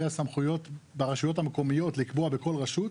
הסמכויות ברשויות המקומיות לקבוע בכל ראשות,